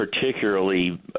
particularly